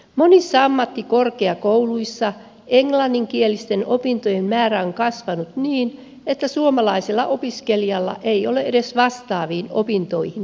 monissa ammattikorkeakouluissa englanninkielisten opintojen määrä on kasvanut niin että suomalaisella opiskelijalla ei ole edes vastaaviin opintoihin mahdollisuuksia